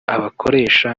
abakoresha